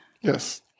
yes